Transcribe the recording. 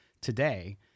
today